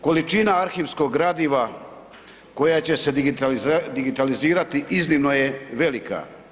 Količina arhivskog gradiva koja će se digitalizirati iznimno je velika.